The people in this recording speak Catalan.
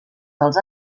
dels